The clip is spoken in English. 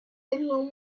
anyone